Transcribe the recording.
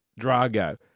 Drago